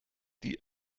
die